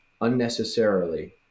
unnecessarily